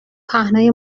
پهنای